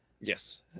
yes